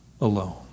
alone